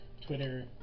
Twitter